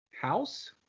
House